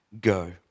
Go